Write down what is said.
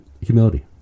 humility